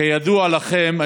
כידוע לכם,